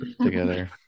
together